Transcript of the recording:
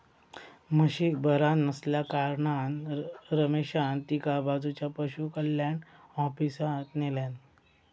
म्हशीक बरा नसल्याकारणान रमेशान तिका बाजूच्या पशुकल्याण ऑफिसात न्हेल्यान